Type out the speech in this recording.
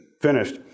finished